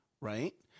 right